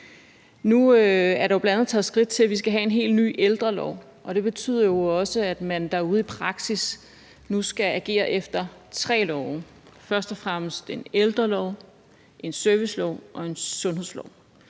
Nu er der jo bl.a. taget skridt til, at vi skal have en helt ny ældrelov. Det betyder også, at man derude i praksis nu skal agere efter tre love: først og fremmest en ældrelov og så en servicelov og en sundhedslov.